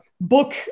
book